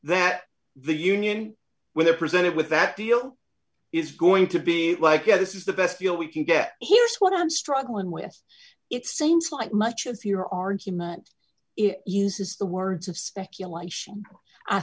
that the union where they're presented with that deal is going to be like yeah this is the best deal we can get here is what i'm struggling with it seems like much of your argument it uses the words of speculation i